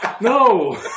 No